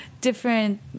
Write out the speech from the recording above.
different